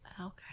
Okay